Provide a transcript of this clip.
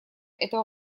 этого